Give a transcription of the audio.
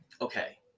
okay